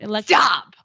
stop